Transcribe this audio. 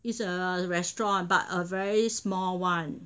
it's a restaurant but a very small one